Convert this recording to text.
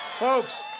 folks,